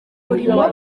mirimo